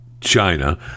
China